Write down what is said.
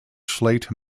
slate